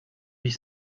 huit